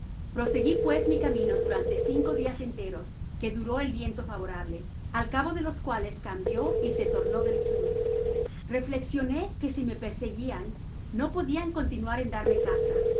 prosegui pues mi camino durante cinco dias enteros que duró el viento favorable al cabo de los cuales cambió y se tornó del sud reflexioné que si me perseguian no podian continuar en darme caza